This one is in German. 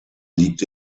liegt